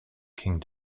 king